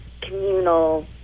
communal